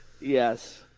yes